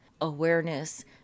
awareness